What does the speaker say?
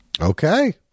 Okay